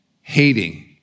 hating